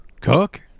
Cook